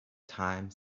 time